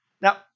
Now